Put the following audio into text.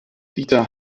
dieter